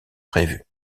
prévu